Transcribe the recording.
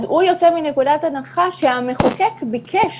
אז הוא יוצא מנקודת הנחה שהמחוקק ביקש